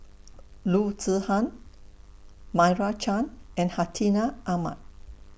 Loo Zihan Meira Chand and Hartinah Ahmad